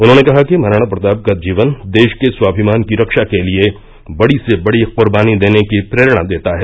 उन्होंने कहा कि महाराणा प्रताप का जीवन देश के स्वाभिमान की रक्षा के लिए बड़ी से बड़ी कुर्बनी देने की प्रेरणा देता है